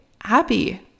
happy